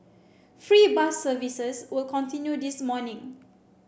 free bus services will continue this morning